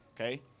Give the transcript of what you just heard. okay